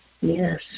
Yes